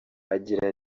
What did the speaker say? agira